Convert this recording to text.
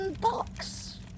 box